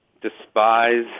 despise